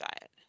diet